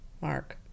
Mark